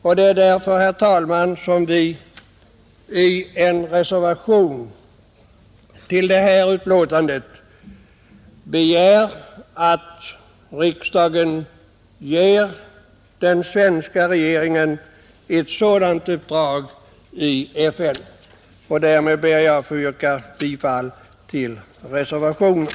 Vi har därför i en reservation till detta betänkande begärt att riksdagen ger den svenska regeringen ett sådant uppdrag. Därmed ber jag att få yrka bifall till reservationen.